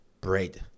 bread